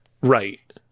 Right